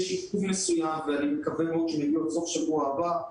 יש עיכוב מסוים ואני מקווה מאוד שהם יגיעו עד סוף השבוע הבא.